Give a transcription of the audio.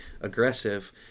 aggressive